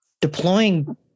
deploying